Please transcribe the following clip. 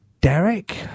Derek